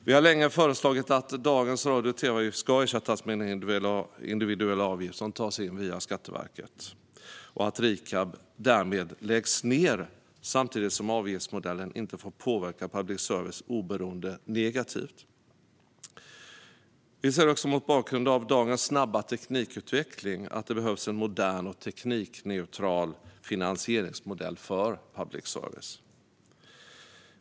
Vi har länge föreslagit att dagens radio och tv-avgift ska ersättas med en individuell avgift som tas in via Skatteverket och att Rikab därmed ska läggas ned, samtidigt som avgiftsmodellen inte får påverka public services oberoende negativt. Vi ser också mot bakgrund av dagens snabba teknikutveckling att det behövs en modern och teknikneutral finansieringsmodell för public service.